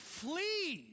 flee